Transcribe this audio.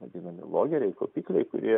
vadinami logeriai kaupikliai kurie